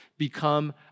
become